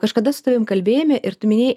kažkada su tavim kalbėjome ir tu minėjai